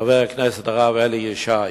חבר הכנסת הרב אלי ישי,